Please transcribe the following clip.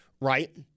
right